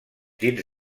dins